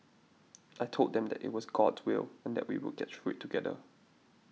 I told them that it was God's will and that we would get through it together